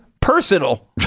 personal